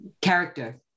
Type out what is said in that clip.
character